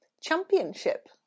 championship